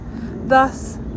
Thus